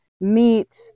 meat